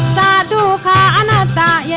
da da da da da yeah